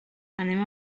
anem